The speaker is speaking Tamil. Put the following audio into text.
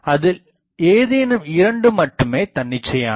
அதில் ஏதேனும் இரண்டு மட்டுமே தன்னிச்சையானது